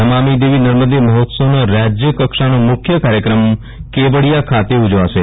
નમામી દેવી નર્મદે મહોત્સવનો રાજ્યકક્ષાનો મુખ્ય કાર્યક્રમ કેવડિયા ખાતે ઉજવાશે